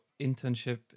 internship